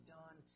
done